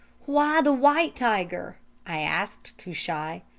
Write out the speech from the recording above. why the white tiger i asked cushai.